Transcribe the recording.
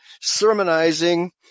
sermonizing